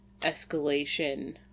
escalation